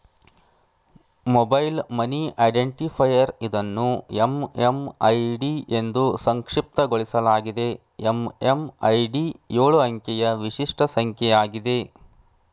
mobile money identifier ಇದನ್ನು MMID ಎಂದೂ ಸಂಕ್ಷಿಪ್ತಗೊಳಿಸಲಾಗಿದೆ ಎಂ.ಎಂ.ಐ.ಡಿ ಎಳು ಅಂಕಿಯ ವಿಶಿಷ್ಟ ಸಂಖ್ಯೆ ಆಗಿದೆ